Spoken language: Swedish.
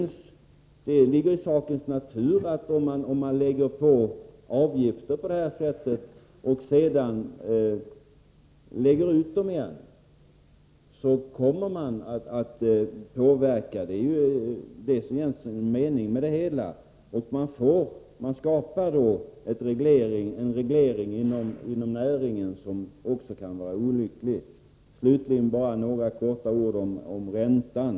Om man lägger på avgifter och sedan höjder dem på det här sättet får det effekter — det ligger i sakens natur. Man skapar en reglering inom näringen som får olyckliga följder. Slutligen bara några ord om räntan.